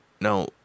Now